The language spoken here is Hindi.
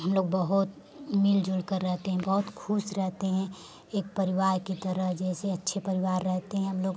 हम लोग बहुत मिलजुल कर रहते हैं बहुत खुश रहते हैं एक परिवार की तरह जैसे अच्छे परिवार रहते हैं हम लोग